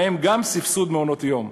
בהם גם סבסוד מעונות-יום.